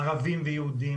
ערבים ויהודים,